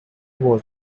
was